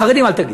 חרדים אל תגיד.